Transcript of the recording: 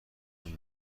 اون